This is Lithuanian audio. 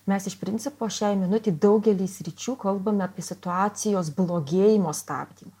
mes iš principo šiai minutei daugely sričių kalbam apie situacijos blogėjimo stabdymą